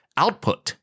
output